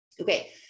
Okay